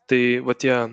tai va tie